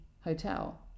hotel